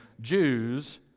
Jews